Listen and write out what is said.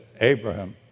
Abraham